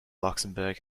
luxembourg